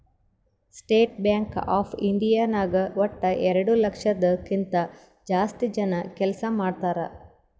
state Bank of India ನಾಗ್ ವಟ್ಟ ಎರಡು ಲಕ್ಷದ್ ಕಿಂತಾ ಜಾಸ್ತಿ ಜನ ಕೆಲ್ಸಾ ಮಾಡ್ತಾರ್